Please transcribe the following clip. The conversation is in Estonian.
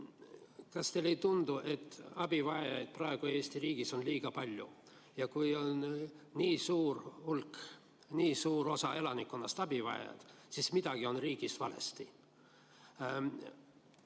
kas teile ei tundu, et abivajajaid praegu Eesti riigis on liiga palju? Kui on nii suur hulk, nii suur osa elanikkonnast abivajajad, siis on midagi riigis valesti.